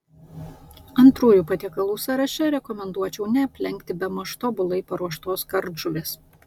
antrųjų patiekalų sąraše rekomenduočiau neaplenkti bemaž tobulai paruoštos kardžuvės